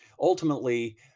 ultimately